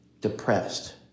Depressed